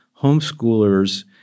homeschoolers